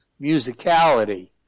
musicality